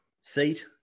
seat